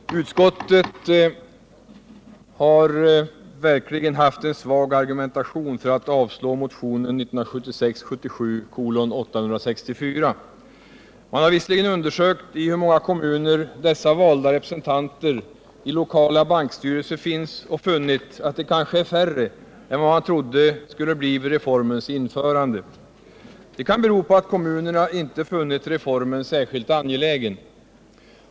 Herr talman! Utskottet har verkligen haft en svag argumentation för avslag på motionen 1976/77:864. Man har visserligen undersökt i hur många kommuner valda representanter i lokala bankstyrelser finns och sagt att de kanske är färre än vad man trodde vid reformens införande. Det kan bero på att kommunerna inte funnit reformen särskilt angelägen.